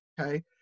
Okay